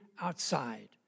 outside